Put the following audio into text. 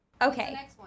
Okay